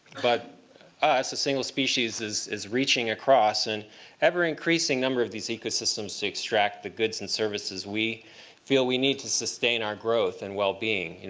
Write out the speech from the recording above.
but ah us, a single species, is is reaching across an and ever-increasing number of these ecosystems to extract the goods and services we feel we need to sustain our growth and well-being.